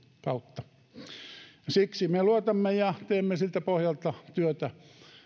kautta ja siksi me luotamme ja teemme siltä pohjalta työtä